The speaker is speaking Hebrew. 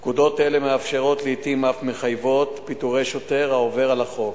פקודות אלה מאפשרות ולעתים אף מחייבות פיטורי שוטר העובר על החוק.